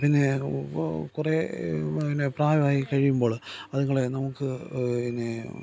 പിന്നെ കുറേ പിന്നെ പ്രായമായി കഴിയുമ്പോൾ അതുങ്ങളെ നമുക്ക് പിന്നെ